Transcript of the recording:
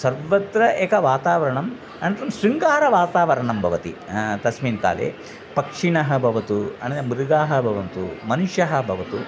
सर्वत्र एकं वातावरणम् अनन्तरं शृङ्गारं वातावरणं भवति तस्मिन्काले पक्षिणः भवतु अन मृगाः भवन्तु मनुष्यः भवतु